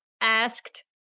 asked